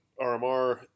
RMR